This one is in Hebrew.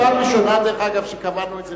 זה פעם ראשונה שקבענו את זה,